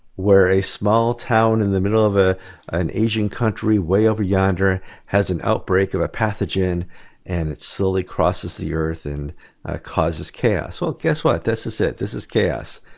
where a small town in the middle of ah an asian country way over yonder has an outbreak of a pathogen and it slowly crosses the earth and causes chaos. well guess what, this is it. this is chaos.